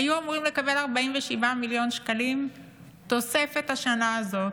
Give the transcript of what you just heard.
היו אמורים לקבל 47 מיליון שקלים תוספת השנה הזו,